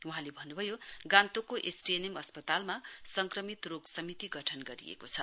वहाँले भन्नु भयो गान्तोकको एसटीएनएम अस्पतालमा संक्रमित रोग समिति गठन गरिएको छ